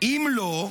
אם לא,